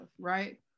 right